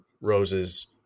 Rose's